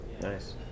Nice